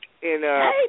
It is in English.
Hey